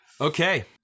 Okay